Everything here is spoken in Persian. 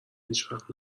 هیچوقت